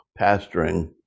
pastoring